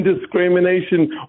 discrimination